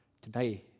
Today